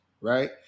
right